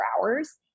hours